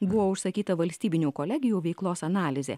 buvo užsakyta valstybinių kolegijų veiklos analizė